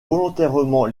volontairement